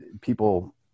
people